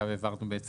מעב לתום תוקפה,